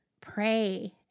pray